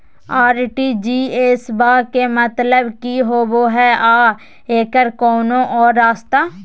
RTGS बा के मतलब कि होबे हय आ एकर कोनो और रस्ता?